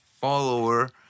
follower